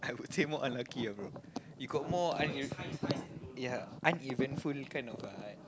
I would say more unlucky ah bro you got more un~ ya uneventful kind of uh